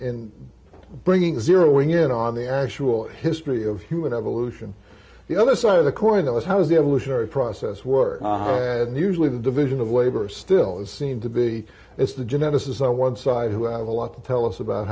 in bringing zeroing in on the actual history of human evolution the other side of the coin that was how the evolutionary process works and usually the division of labor still seem to be as the genesis on one side who have a lot to tell us about